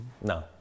No